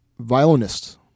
violinist